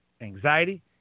anxiety